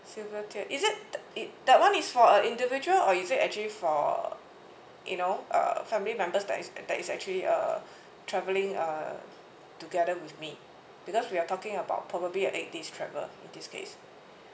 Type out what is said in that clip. silver tier is it the it that one is for uh individual or is it actually for you know uh family members that is that is actually uh travelling uh together with me because we are talking about probably a eight days travel in this case